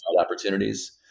opportunities